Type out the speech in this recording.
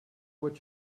what